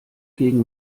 gegen